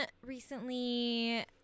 recently